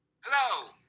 Hello